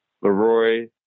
Leroy